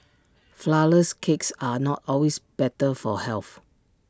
Flourless Cakes are not always better for health